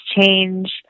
change